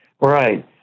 Right